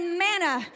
manna